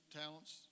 talents